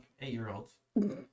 eight-year-olds